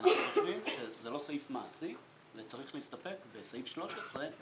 אנחנו חושבים שזה לא סעיף מעשי וצריך להסתפק בסעיף 13,